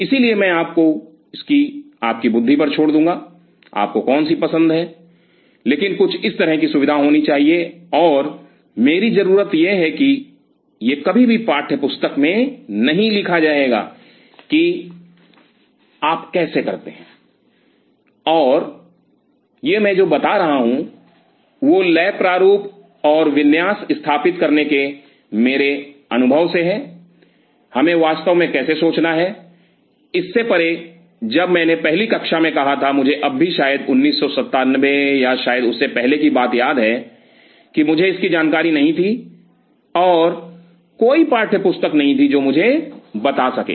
इसलिए मैं इसे आपकी बुद्धि पर छोड़ दूंगा आपको कौन सी पसंद है लेकिन कुछ इस तरह की सुविधा होनी चाहिए और मेरी जरूरत यह है कि यह कभी भी पाठ्यपुस्तक में नहीं लिखा जाएगा कि आप इसे कैसे करते हैं और यह मैं जो बता रहा हूं वह लैब प्रारूप और विन्यास स्थापित करने के मेरे अनुभव से है हमें वास्तव में कैसे सोचना है इससे परे जब मैंने पहली कक्षा में कहा था मुझे अब भी शायद 1997 या शायद उससे पहले की बात याद है कि मुझे इसकी जानकारी नहीं थी और कोई पाठ्यपुस्तक नहीं थी जो मुझे बता सके